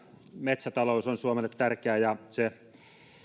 metsätalous on suomelle tärkeää ja